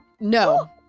No